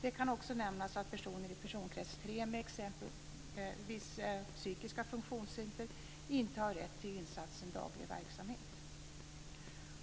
Det kan också nämnas att personer i personkrets 3 med exempelvis psykiska funktionshinder inte har rätt till insatsen daglig verksamhet.